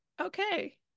Okay